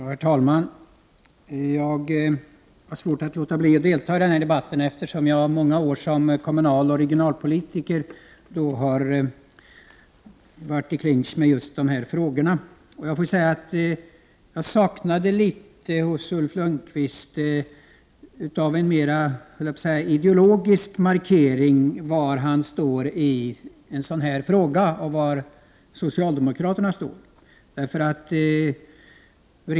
Herr talman! Jag har svårt att låta bli att delta i den här debatten, eftersom jag under många år som kommunaloch regionalpolitiker gått i clinch med dessa frågor. Jag saknade hos Ulf Lönnqvist en mera ideologisk markering av var han och socialdemokraterna står i en sådan här fråga.